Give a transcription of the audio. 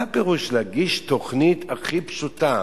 מה פירוש שלהגיש תוכנית הכי פשוטה